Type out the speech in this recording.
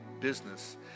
business